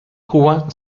cuba